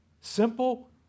Simple